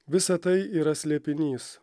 visa tai yra slėpinys